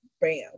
Bam